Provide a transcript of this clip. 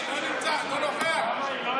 חבר'ה,